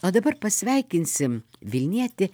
o dabar pasveikinsim vilnietį